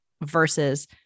versus